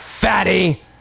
fatty